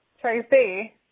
Tracy